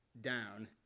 down